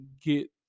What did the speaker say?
get